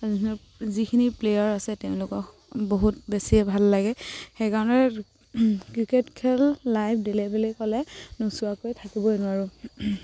যিখিনি প্লেয়াৰ আছে তেওঁলোকক বহুত বেছিয়ে ভাল লাগে সেইকাৰণে ক্ৰিকেট খেল লাইভ দিলে বুলি ক'লে নোচোৱাকৈ থাকিবই নোৱাৰোঁ